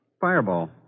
Fireball